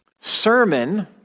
sermon